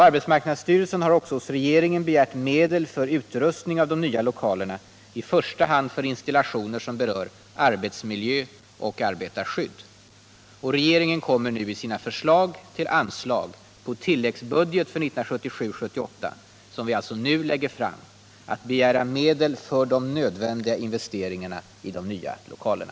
Arbetsmarknadsstyrelsen har också hos regeringen begärt medel för utrustning av de nya lokalerna i första hand för installationer som berör arbetsmiljö och arbetarskydd. Regeringen kommer i sina förslag till anslag på tilläggsbudget för 1977/78, som vi nu lägger fram, att begära medel för de nödvändiga investeringarna i de nya lokalerna.